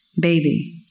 Baby